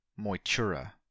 Moitura